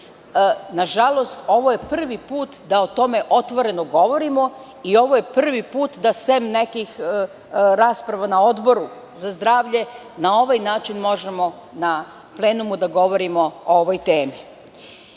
nažalost, ovo je prvi put da o tome otvoreno govorimo i ovo je prvi put da sem nekih rasprava na Odboru za zdravlje na ovaj način možemo na plenumu da govorimo o ovoj temi. Moram